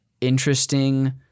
interesting